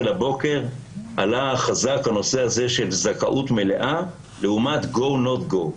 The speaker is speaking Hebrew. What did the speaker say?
הבוקר עלה חזק הנושא של זכאות מלאה לעומת go not go.